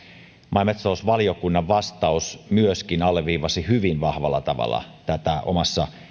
maa ja metsätalousvaliokunnan vastaus alleviivasi hyvin vahvalla tavalla tätä omassa